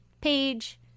page